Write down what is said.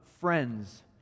friends